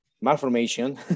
malformation